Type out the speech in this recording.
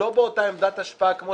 לא באותה עמדת השפעה כמו